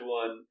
one